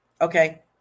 okay